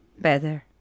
Better